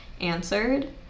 answered